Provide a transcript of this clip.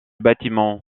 bâtiment